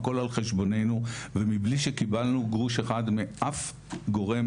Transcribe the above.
הכול על חשבוננו ומבלי שקיבלנו גרוש אחד מאף גורם,